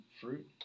Fruit